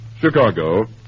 Chicago